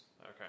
Okay